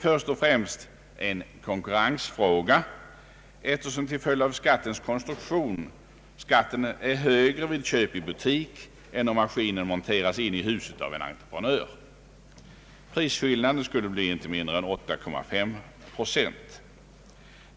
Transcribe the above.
Först och främst gällde det en konkurrensfråga, eftersom skatten till följd av konstruktionen är högre vid köp i butik än om maskinen monteras in i huset av en entreprenör. Prisskillnaden skulle bli inte mindre än 8,5 procent.